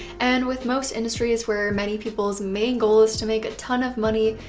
and with most industries where many people's main goal is to make a ton of money,